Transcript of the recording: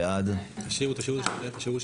הצעת